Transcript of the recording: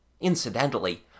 Incidentally